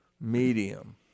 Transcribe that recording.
medium